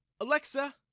Alexa